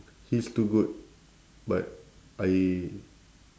he's too good but I